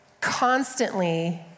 constantly